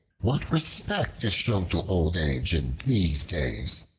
what respect is shown to old age in these days?